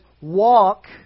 walk